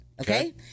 okay